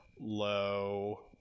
Low